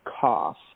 cough